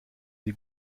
sie